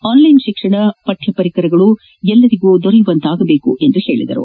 online ಶಿಕ್ಷಣ ಪಠ್ಯಪರಿಕರಗಳು ಎಲ್ಲರಿಗೂ ಸಿಗುವಂತಾಗಬೇಕು ಎಂದರು